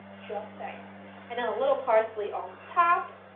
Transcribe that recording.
just sayin' and a little parsley on top.